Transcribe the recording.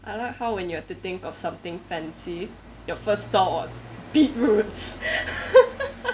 I like how when you have to think of something fancy your first thought was beetroots